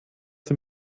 dem